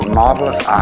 marvelous